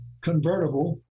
convertible